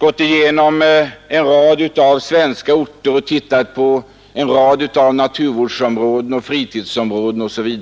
inventerat en rad svenska orter och tittat på en mängd naturvårdsområden, fritidsområden osv.?